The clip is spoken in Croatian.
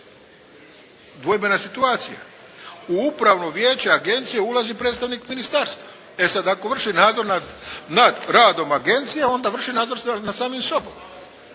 dvojbena situacija. U Upravno vijeće Agencije ulazi predstavnik Ministarstva. E sad ako vrši nadzor nad, nad radom Agencije onda vrši nadzor nad samim sobom.